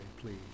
please